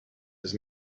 his